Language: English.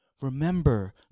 Remember